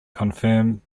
confirm